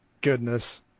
Goodness